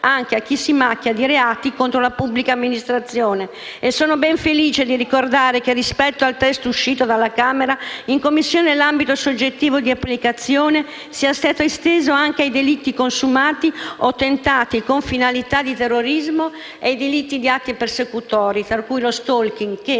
anche a chi si macchia di reati contro la pubblica amministrazione. Sono inoltre ben felice di ricordare che rispetto al testo uscito dalla Camera, in Commissione l'ambito soggettivo di applicazione è stato esteso anche ai delitti consumati o tentati con finalità di terrorismo e ai delitti di atti persecutori, tra cui lo *stalking* che,